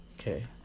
Okay